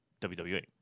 wwe